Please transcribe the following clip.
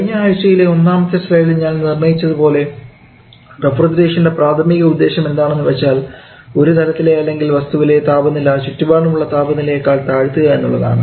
കഴിഞ്ഞ ആഴ്ചയിലെ ഒന്നാമത്തെ സ്ലൈഡിൽ ഞാൻ നിർണയിച്ചത് പോലെ റഫ്രിജറേഷൻൻറെ പ്രാഥമിക ഉദ്ദേശം എന്താണെന്ന് വെച്ചാൽ ഒരു തലത്തിലെ അല്ലെങ്കിൽ വസ്തുവിലെ താപനില ചുറ്റുപാടുമുള്ള താപനിലയെകാൾ താഴ്ത്തുക എന്നുള്ളതാണ്